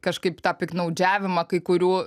kažkaip tą piktnaudžiavimą kai kurių